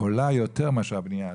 עולה יותר מאשר הבנייה עצמה.